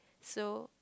so